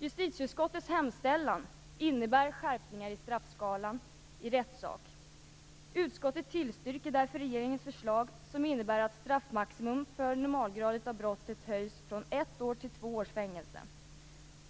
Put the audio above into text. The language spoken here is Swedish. Justitieutskottets hemställan innebär skärpningar i straffskalan i rättssak. Utskottet tillstyrker därför regeringens förslag, som innebär att straffmaximum för normalgraden av brottet höjs från ett års till två års fängelse.